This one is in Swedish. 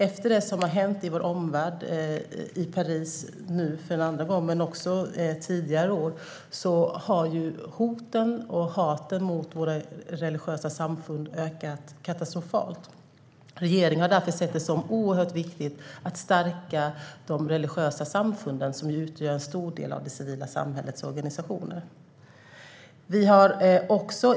Efter det som har hänt i vår omvärld, nu i Paris en andra gång men också tidigare år, har hoten och hatet mot våra religiösa samfund ökat katastrofalt. Regeringen har därför sett det som oerhört viktigt att stärka de religiösa samfunden, som utgör en stor del av det civila samhällets organisationer.